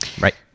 right